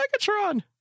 Megatron